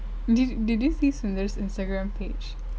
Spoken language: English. did did you see sundar's Instagram page